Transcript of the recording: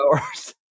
hours